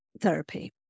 therapy